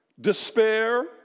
despair